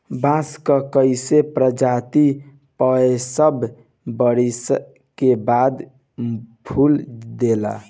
बांस कअ कई प्रजाति पैंसठ बरिस के बाद फूल देला